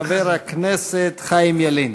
חבר הכנסת חיים ילין.